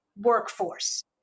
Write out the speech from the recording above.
workforce